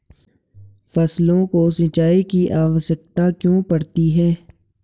फसलों को सिंचाई की आवश्यकता क्यों पड़ती है?